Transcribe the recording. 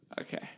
Okay